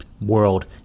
world